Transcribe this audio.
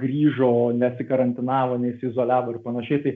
grižo nesikarantinavo nesiizoliavo ir panašiai tai